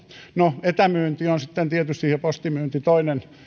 no etämyynti ja postimyynti on tietysti toinen